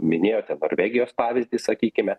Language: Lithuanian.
minėjote norvegijos pavyzdį sakykime